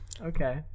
Okay